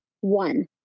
One